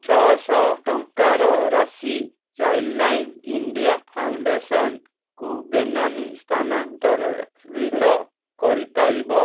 ଛଅ ଶହ ଟଙ୍କାର ରାଶି ଚାଇଲ୍ଡ୍ଲାଇନ୍ ଇଣ୍ଡିଆ ଫାଉଣ୍ଡେସନ୍କୁ ବେନାମୀ ସ୍ଥାନାନ୍ତରିତ କରିପାରିବ